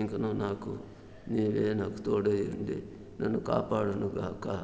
ఇంకనూ నాకు నీవే నాకు తోడైయుండి నన్ను కాపాడును గాక